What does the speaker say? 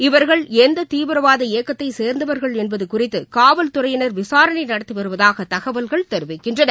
இவர்கள் எந்ததீவிரவாத இயக்கத்தைசேர்ந்தவர்கள் என்பதுகுறித்துகாவல்துறையினர் விசாரணைநடத்திவருவதாகதகவல்கள் தெரிவிக்கின்றன